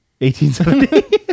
1870